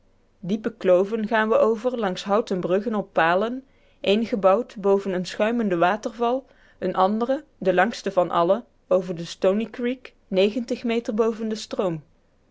diepe kloven gaan we over langs houten bruggen op palen één gebouwd boven eenen schuimenden waterval een andere de langste van alle over de stony creek meter boven den stroom